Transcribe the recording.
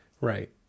right